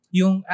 yung